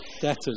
debtors